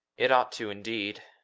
it ought to, indeed.